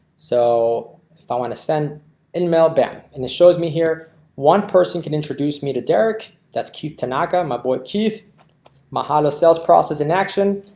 so if i want to send an email bang and it shows me here one person can introduce me to derek that's cute tanaka my boy keith mahalo sales process in action.